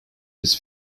this